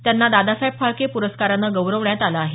त्यांना दादासाहेब फाळके प्रस्कारानं गौरवण्यात आलं आहे